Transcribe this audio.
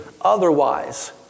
otherwise